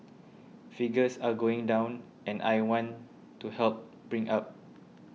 figures are going down and I want to help bring up